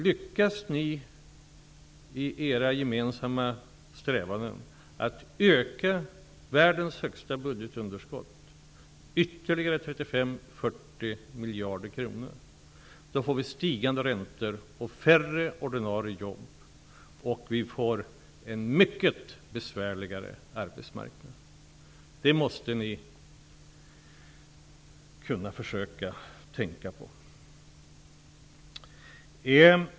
Lyckas ni i era gemensamma strävanden att öka världens högsta budgetunderskott med ytterligare 35--40 miljarder kronor, får vi stigande räntor, färre ordinarie jobb och en mycket besvärligare arbetsmarknad. Det måste ni försöka tänka på.